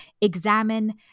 examine